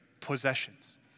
possessions